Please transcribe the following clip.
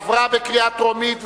עברה בקריאה טרומית,